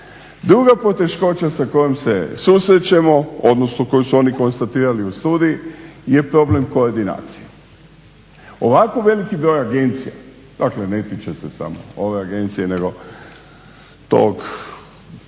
druga poteškoća sa kojom se susrećemo, odnosno koju su oni konstatirali u studiji je problem koordinacije. Ovako veliki broj agencija, dakle ne tiče se samo ove agencije nego tog